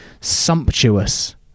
sumptuous